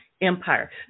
empire